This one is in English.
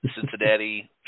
Cincinnati